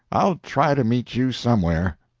i'll try to meet you somewhere.